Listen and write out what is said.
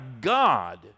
God